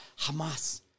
Hamas